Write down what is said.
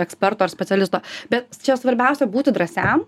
eksperto ar specialisto bet čia svarbiausia būti drąsiam